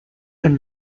and